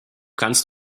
kannst